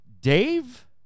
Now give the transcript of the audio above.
Dave